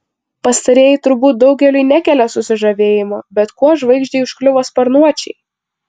pastarieji turbūt daugeliui nekelia susižavėjimo bet kuo žvaigždei užkliuvo sparnuočiai